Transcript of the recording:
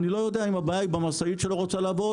אני לא יודע אם הבעיה היא במשאית שלא רוצה לעבוד